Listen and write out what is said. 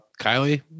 Kylie